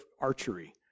archery